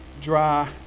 dry